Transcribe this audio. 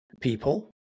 people